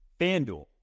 FanDuel